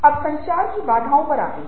अब संचार की बाधाओं पर आतें हैं